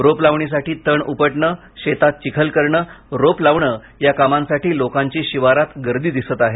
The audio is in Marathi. रोप लावणीसाठी तण उपटणे शेतात चिखल करणे रोप लावणे या कामांसाठी लोकांची शिवारात गर्दी दिसत आहे